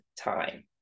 time